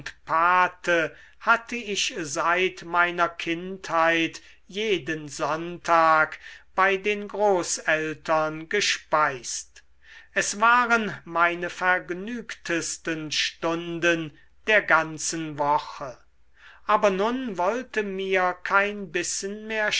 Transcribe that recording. pate hatte ich seit meiner kindheit jeden sonntag bei den großeltern gespeist es waren meine vergnügtesten stunden der ganzen woche aber nun wollte mir kein bissen mehr